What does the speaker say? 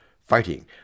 fighting